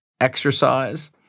exercise